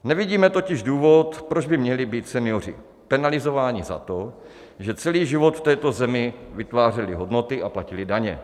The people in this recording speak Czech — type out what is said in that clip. Nevidíme totiž důvod, proč by měli být senioři penalizováni za to, že celý život v této zemi vytvářeli hodnoty a platili daně.